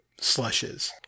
slushes